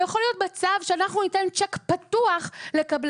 לא יכול להיות מצב שאנחנו ניתן צ'ק פתוח לקבלנים,